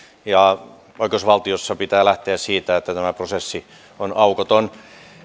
oikeusvaltiossa pitää lähteä siitä että tämä prosessi on aukoton